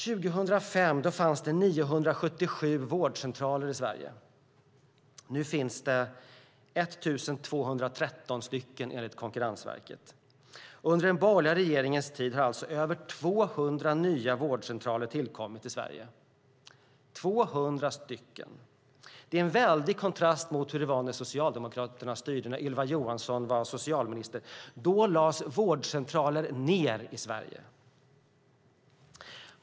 År 2005 fanns det 977 vårdcentraler i Sverige. Nu finns det 1 213 stycken enligt Konkurrensverket. Under den borgerliga regeringens tid har alltså över 200 nya vårdcentraler tillkommit i Sverige. Det är en väldig kontrast mot hur det var när Socialdemokraterna styrde och Ylva Johansson var socialminister. Då lades vårdcentraler ned i Sverige.